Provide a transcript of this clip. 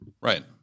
Right